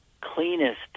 cleanest